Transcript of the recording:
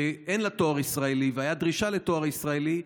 ואין לה תואר ישראלי והייתה דרישה לתואר ישראלי,